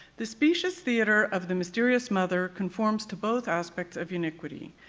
the specious theater of the mysterious mother conforms to both aspects of uniquity.